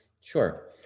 sure